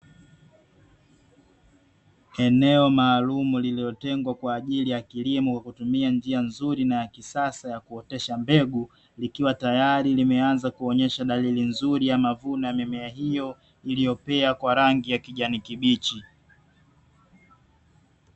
Eneo maalumu lililotengwa kwa ajili ya kilimo hutumia njia nzuri na ya kisasa ya kutoesha mbegu, likiwa tayari limeanza kuonesha dalili nzuri ya mavuno ya mimea hiyo, iliyopea kwa rangi ya kijani kibichi.